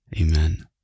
Amen